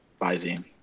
Visine